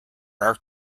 are